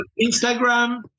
Instagram